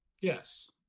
yes